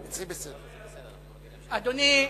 אדוני,